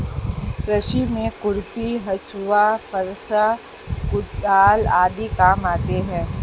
कृषि में खुरपी, हँसुआ, फरसा, कुदाल आदि काम आते है